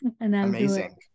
Amazing